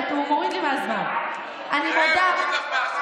אבל ככה?